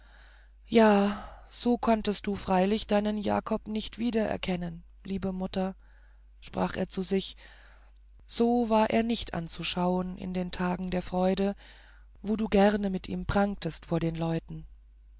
ja so konntest du freilich deinen jakob nicht wiedererkennen liebe mutter sprach er zu sich so war er nicht anzuschauen in den tagen der freude wo du gerne mit ihm prangtest vor den leuten